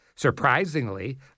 Surprisingly